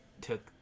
took